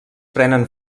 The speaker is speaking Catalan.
prenen